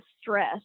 stress